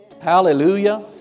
Hallelujah